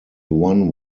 one